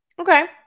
Okay